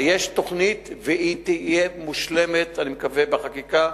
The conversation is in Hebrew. יש תוכנית והיא תהיה מושלמת, אני מקווה, בחקיקה,